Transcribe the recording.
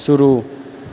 शुरू